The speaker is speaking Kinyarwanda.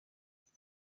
ibyo